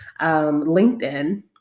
LinkedIn